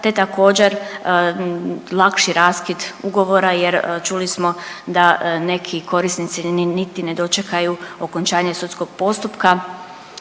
te također lakši raskid ugovora jer čuli smo da neki korisnici niti ne dočekaju okončanje sudskog postupka